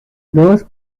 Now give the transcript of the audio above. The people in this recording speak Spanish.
dos